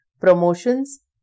Promotions